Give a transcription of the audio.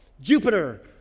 Jupiter